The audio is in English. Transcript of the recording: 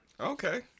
Okay